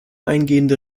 eingehende